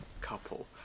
couple